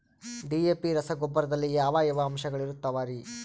DAP ರಸಗೊಬ್ಬರದಲ್ಲಿ ಯಾವ ಯಾವ ಅಂಶಗಳಿರುತ್ತವರಿ?